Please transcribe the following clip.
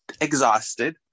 Exhausted